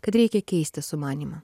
kad reikia keisti sumanymą